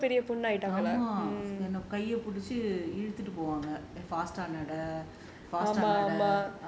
ஆமா ஆமா என்ன கைய புடிச்சி இழுத்துட்டு போவாங்கaama aama enna kaiya pudichi iluthutu povaanga fast ah நட:nada